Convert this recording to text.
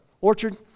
Orchard